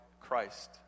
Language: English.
Christ